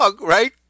right